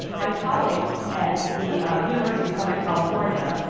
my colleagues at the university of southern california,